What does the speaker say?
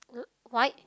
white